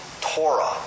Torah